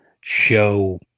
show